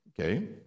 Okay